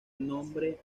nombre